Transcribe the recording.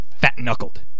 fat-knuckled